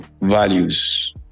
values